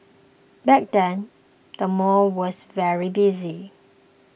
back then the mall was very busy